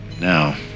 Now